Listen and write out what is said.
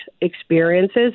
experiences